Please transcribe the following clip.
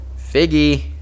Figgy